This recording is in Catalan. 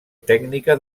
tècnica